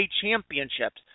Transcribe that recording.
championships